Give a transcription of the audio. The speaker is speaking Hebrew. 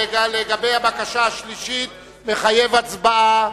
הבקשה השלישית מחייבת הצבעה.